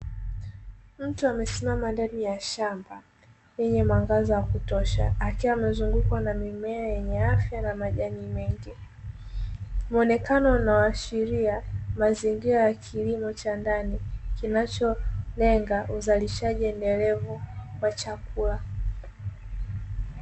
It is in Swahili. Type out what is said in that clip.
Mtu amesimama ndani ya shamba lenye mwangaza wa kutosha, akiwa amezungukwa na mimea yenye afya na majani mengi muonekano unaoashiria mazingira ya kilimo cha ndani kinacholenga uzalishaji endelevu wa chakula.